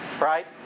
Right